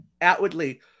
outwardly